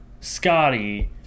Scotty